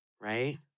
right